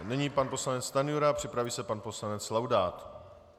Nyní pan poslanec Stanjura, připraví se pan poslanec Laudát.